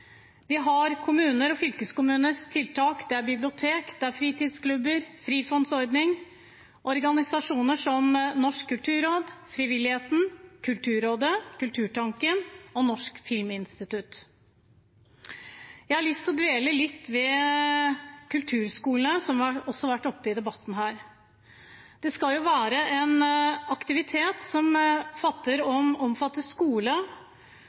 Vi har kommunenes og fylkeskommunenes tiltak, og det er bibliotek, det er fritidsklubber, Frifond-ordningen og organisasjoner som Norsk kulturråd, frivilligheten, Kulturrådet, Kulturtanken og Norsk filminstitutt. Jeg har lyst til å dvele litt ved kulturskolene, som også har vært oppe i debatten her. Det skal være en aktivitet som